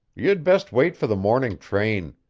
you'd best wait for the morning train.